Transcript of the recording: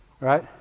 right